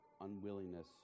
unwillingness